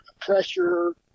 pressure